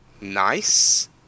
Nice